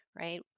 right